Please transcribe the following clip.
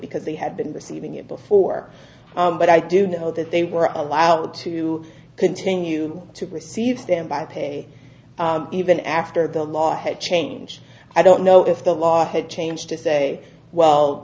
because they had been receiving it before but i do know that they were allowed to continue to receive standby pay even after the law had changed i don't know if the law had changed to say well